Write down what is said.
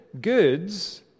goods